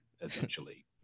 essentially